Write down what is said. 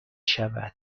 شود